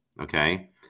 okay